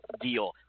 deal